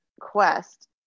quest